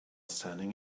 standing